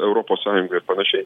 europos sąjungoj ir panašiai